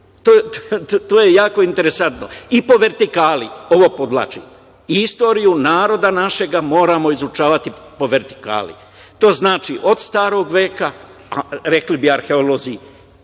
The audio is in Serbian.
To je jako interesantno. I, po vertikali, ovo podvlačim, istoriju naroda našeg moramo izučavati po vertikali. To znači, od starog veka, a rekli bi arheolozi